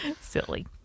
Silly